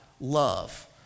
love